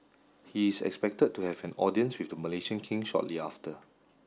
he is expected to have an audience with the Malaysian King shortly after